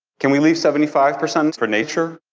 can we leave seventy five percent for nature?